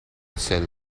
sell